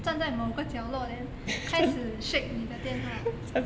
站在某个角落 then 开始 shake 你的电话